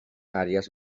àrees